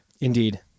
indeed